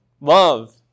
Love